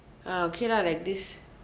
ah okay lah like this